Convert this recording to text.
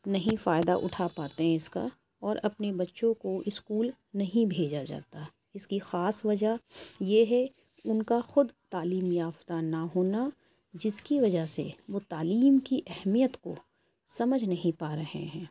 نہیں فائدہ اٹھا پاتے ہیں اس کا اور اپنے بچوں کو اسکول نہیں بھیجا جاتا اس کی خاص وجہ یہ ہے ان کا خود تعلیم یافتہ نہ ہونا جس کی وجہ سے وہ تعلیم کی اہمیت کو سمجھ نہیں پا رہے ہیں